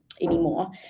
anymore